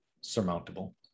surmountable